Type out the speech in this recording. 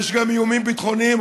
יש גם איומים ביטחוניים,